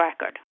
record